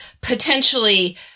potentially